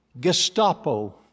Gestapo